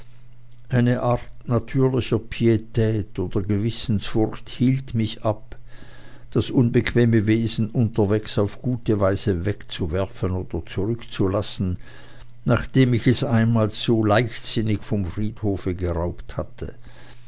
eine art natürlicher pietät oder gewissensfurcht hielt mich ab das unbequeme wesen unterwegs auf gute weise wegzuwerfen oder zurückzulassen nachdem ich es einmal zu leichtsinnig vom friedhofe geraubt hatte